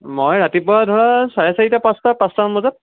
মই ৰাতিপুৱা ধৰা চাৰে চাৰিটা পাঁচটা পাঁচটামান বজাত